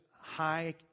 high